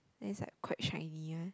then is like quite shiny one